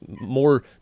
more